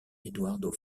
eduardo